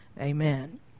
Amen